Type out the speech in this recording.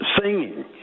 singing